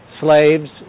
Slaves